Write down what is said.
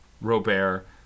Robert